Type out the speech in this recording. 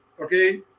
Okay